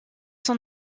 sont